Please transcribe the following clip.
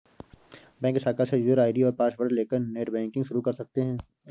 bank शाखा से user ID और पॉसवर्ड लेकर नेटबैंकिंग शुरू कर सकते है